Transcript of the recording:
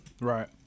right